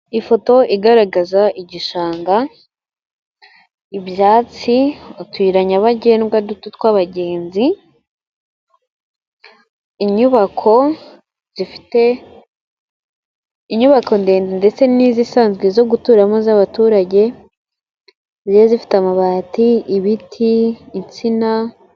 Ifoto igaragaza igishanga, ibyatsi, utuyira nyabagendwa duto tw'abagenzi, inyubako zifite inyubako ndende ndetse n'izisanzwe zo guturamo z'abaturage zigiye zifite amabati, ibiti, insina.